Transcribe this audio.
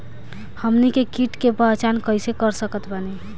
हमनी के कीट के पहचान कइसे कर सकत बानी?